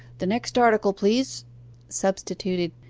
the next article, please substituted,